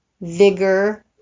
vigor